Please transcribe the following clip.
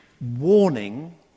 warning